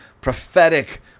prophetic